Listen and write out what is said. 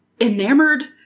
enamored